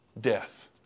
death